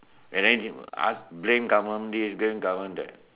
and then ask blame government this blame government that